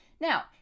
Now